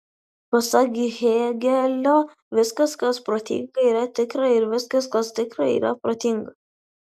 pasak hėgelio viskas kas protinga yra tikra ir viskas kas tikra yra protinga